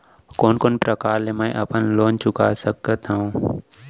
कोन कोन प्रकार ले मैं अपन लोन चुका सकत हँव?